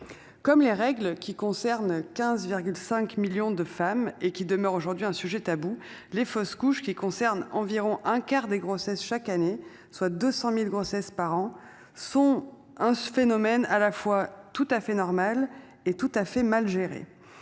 comme les règles qui concernent 15 5 millions de femmes et qui demeure aujourd'hui un sujet tabou, les fausses couches, qui concerne environ un quart des grossesses chaque année, soit 200.000 grossesses par an sont hein ce phénomène à la fois tout à fait normal et tout à fait mal géré.